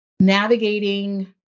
Navigating